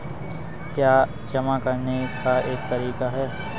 क्या यह जमा करने का एक तरीका है?